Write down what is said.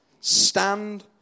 Stand